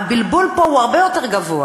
הבלבול פה הוא הרבה יותר גבוה